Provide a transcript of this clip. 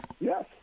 Yes